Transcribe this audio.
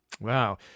Wow